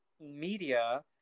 media